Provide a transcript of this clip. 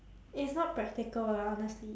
it's not practical lah honestly